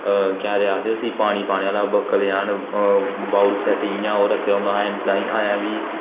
केह् आखदे उसी पानी पाने आह्ला बकल जन बाउल सेट इ'यां ओह् रक्खेदा होंदा असें अजें बी